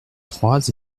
trois